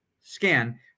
scan